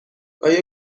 آیا